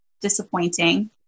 disappointing